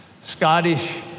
Scottish